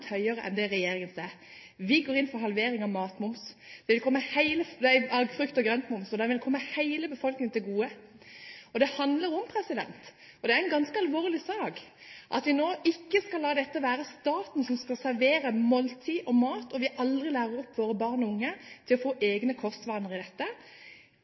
høyere enn det regjeringens er. Vi går inn for halvering på moms på frukt og grønt, og det vil komme hele befolkningen til gode. Det handler om – og det er en ganske alvorlig sak – at vi ikke skal la det være staten som skal servere måltid og mat, og at vi dermed aldri lærer opp våre barn og unge til å få egne kostvaner rundt dette.